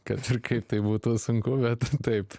kad ir kaip tai būtų sunku bet taip